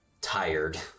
tired